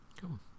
Cool